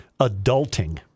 adulting